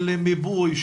של מיפוי,